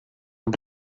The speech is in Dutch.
heb